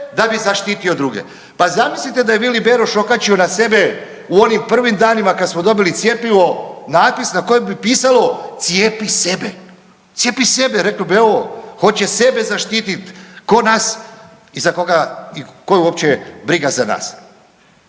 da bi zaštitio druge“. Pa zamislite da je Vili Beroš okačio na sebe u onim prvim danima kad smo dobili cjepivo napis na kojem bi pisalo „cjepi sebe“, cjepi sebe reklo bi evo hoće sebe zaštitit, ko nas i za koga i koga uopće briga za nas.